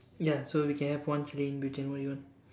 ya so we can have one silly in between what you want